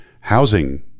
housing